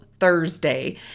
Thursday